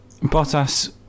Bottas